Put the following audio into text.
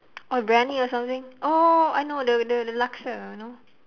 oh briyani or something oh I know the the laksa you know